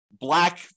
black